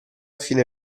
fine